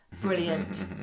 brilliant